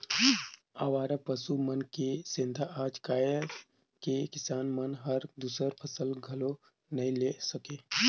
अवारा पसु मन के सेंथा आज कायल के किसान मन हर दूसर फसल घलो नई ले सके